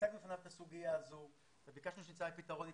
הצגנו בפניו את הסוגיה הזאת וביקשנו שימצא אתנו ביחד פתרון,